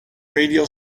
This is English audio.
radio